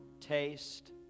taste